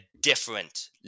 different